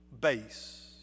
base